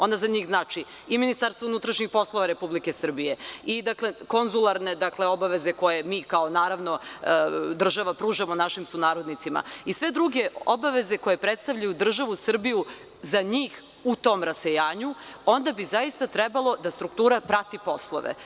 Ona za njih znači i Ministarstvo unutrašnjih poslova Republike Srbije i konzularne obaveze, koje mi kao država pružamo našim sunarodnicima, i sve druge obaveze koje predstavljaju državu Srbiju za njih u tom rasejanju, onda bi zaista trebalo da struktura prati poslove.